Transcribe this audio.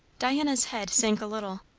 diana's head sank a little.